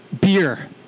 Beer